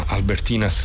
Albertina